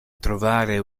trovare